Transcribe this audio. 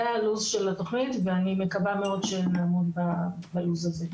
הלו"ז של התוכנית ואני מקווה מאוד שנעמוד בלו"ז הזה.